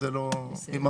זה לא מהותי.